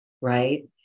Right